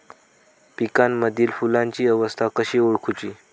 पिकांमदिल फुलांची अवस्था कशी ओळखुची?